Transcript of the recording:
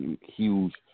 huge